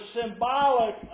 symbolic